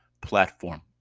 platform